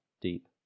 deep